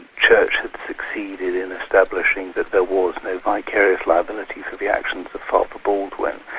church had succeeded in establishing that there was no vicarious liability for the actions of father baldwin,